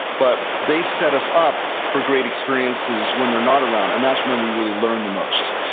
but they set us up for great experiences when they're not around, and that's when we really learn the most.